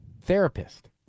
therapist